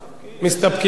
מסתפקים.